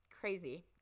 Crazy